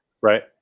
Right